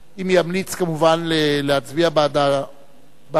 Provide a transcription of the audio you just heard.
אם ימליץ כמובן להצביע בעד ההסתייגויות,